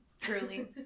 Truly